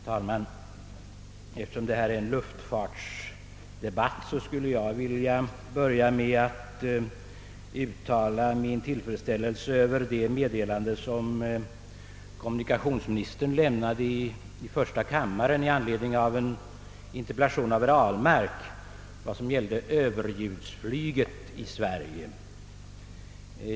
Herr talman! Eftersom detta är en luftfartsdebatt skulle jag vilja börja med att uttala min tillfredsställelse över det meddelande som kommunikationsministern lämnade i första kammaren i anledning 'av en interpellation av herr Ahlmark angående överljudsflyget i Sverige.